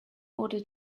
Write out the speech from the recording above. order